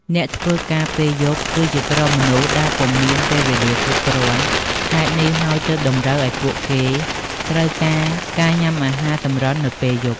អ្នកធ្វើការងារពេលយប់ គឺជាក្រុមមនុស្សដែលពុំមានពេលវេលាគ្រប់គ្រាន់ ហេតុនេះហើយទើបតម្រូវឲ្យពួកគេត្រូវការ ការញ៊ាំអាហារសម្រន់នៅពេលយប់។